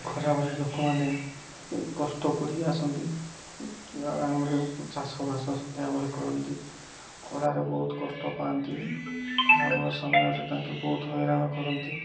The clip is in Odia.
ଖରାବେଳେ ଲୋକମାନେ କଷ୍ଟ ପଡ଼ିଲେ ଆସନ୍ତି ଆରାମରେ ଚାଷ ବାସ ସନ୍ଧ୍ୟାବେଳେ କରନ୍ତି ଖରାରେ ବହୁତ କଷ୍ଟ ପାଆନ୍ତି ଖରାବେଳ ସମୟରେ ତାଙ୍କେ ବହୁତ ହଇରାଣ କରନ୍ତି